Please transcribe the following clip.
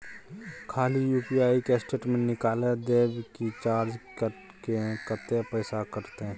खाली यु.पी.आई के स्टेटमेंट निकाइल देबे की चार्ज कैट के, कत्ते पैसा कटते?